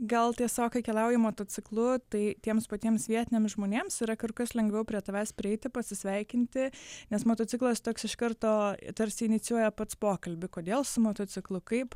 gal tiesiog kai keliauji motociklu tai tiems patiems vietiniams žmonėms yra kur kas lengviau prie tavęs prieiti pasisveikinti nes motociklas toks iš karto tarsi inicijuoja pats pokalbį kodėl su motociklu kaip